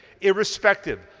irrespective